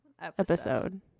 episode